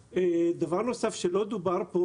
דבר נוסף שלא דובר פה,